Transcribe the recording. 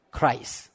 Christ